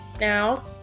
now